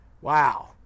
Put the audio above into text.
wow